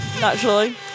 Naturally